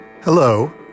hello